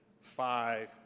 five